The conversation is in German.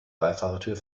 beifahrertür